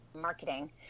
marketing